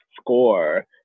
score